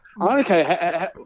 Okay